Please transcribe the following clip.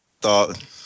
thought